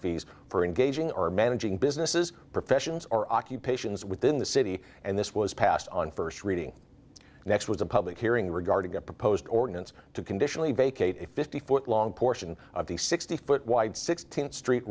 fees for engaging our managing businesses professions or occupations within the city and this was passed on first reading next was a public hearing regarding a proposed ordinance to conditionally vacate a fifty foot long portion of the sixty foot wide sixteenth street